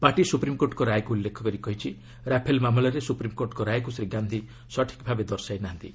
party ସୁପ୍ରିମ୍କୋର୍ଟଙ୍କ ରାୟକୁ ଉଲ୍ଲେଖ କରି କହିଛି ରାଫେଲ୍ ମାମଲାରେ ସୁପ୍ରିମ୍କୋର୍ଟଙ୍କ ରାୟକୁ ଶ୍ରୀ ଗାନ୍ଧି ସଠିକ୍ ଭାବେ ଦର୍ଶାଇ ନାହାନ୍ତି